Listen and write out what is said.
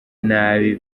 nabi